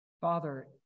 Father